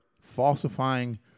falsifying